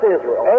Israel